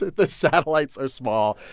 the satellites are small.